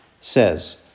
says